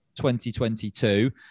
2022